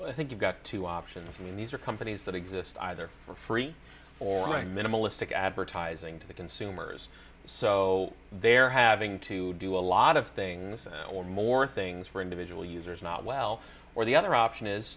but i think you've got two options i mean these are companies that exist either for free or minimalistic advertising to the consumers so they're having to do a lot of things or more things for individual users not well or the other option is